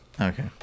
Okay